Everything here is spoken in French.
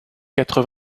quatre